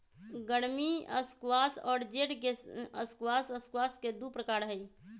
गर्मी स्क्वाश और जेड के स्क्वाश स्क्वाश के दु प्रकार हई